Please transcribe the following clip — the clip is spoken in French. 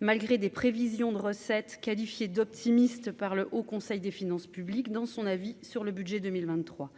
malgré des prévisions de recettes qualifiées d'optimistes par le Haut Conseil des finances publiques dans son avis sur le budget 2023